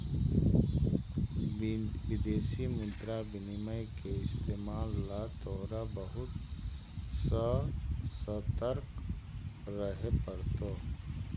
विदेशी मुद्रा विनिमय के इस्तेमाल ला तोहरा बहुत ससतर्क रहे पड़तो